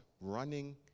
running